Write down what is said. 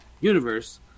universe